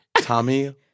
Tommy